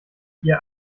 ihr